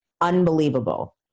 unbelievable